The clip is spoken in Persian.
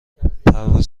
پرواز